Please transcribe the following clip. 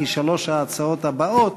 כי שלוש ההצעות הבאות